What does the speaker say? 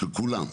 של כולם.